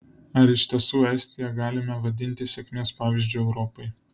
ar iš tiesų estiją galime vadinti sėkmės pavyzdžiu europai